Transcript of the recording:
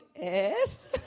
Yes